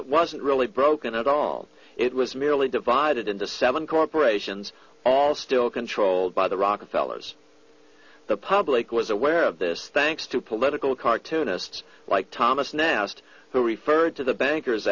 it wasn't really broken at all it was merely divided into seven corporations all still controlled by the rockefeller's the public was aware of this thanks to political cartoonists like thomas nast who referred to the bankers